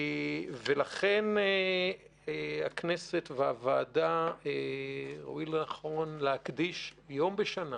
לכן הכנסת והוועדה רואות לנכון להקדיש יום בשנה